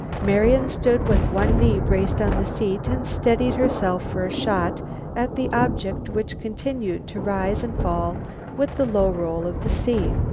marian stood with one knee braced on the seat and steadied herself for a shot at the object which continued to rise and fall with the low roll of the sea.